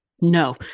No